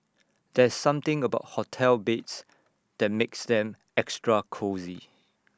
there's something about hotel beds that makes them extra cosy